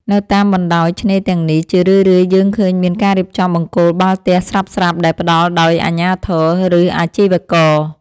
នៅតាមបណ្ដោយឆ្នេរទាំងនេះ ជារឿយៗយើងឃើញមានការរៀបចំបង្គោលបាល់ទះស្រាប់ៗដែលផ្ដល់ដោយអាជ្ញាធរ ឬអាជីវករ។